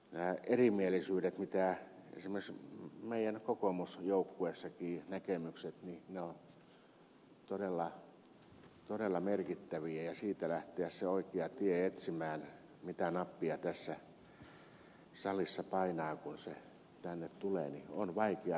nämä erimielisyydet mitä näkemykset esimerkiksi meidän kokoomusjoukkueessakin on ovat todella merkittäviä ja siitä lähteä se oikea tie etsimään mitä nappia tässä salissa painaa kun se tänne tulee niin on vaikea tehdä päätöstä